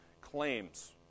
claims